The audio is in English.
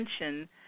attention